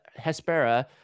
hespera